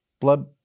blood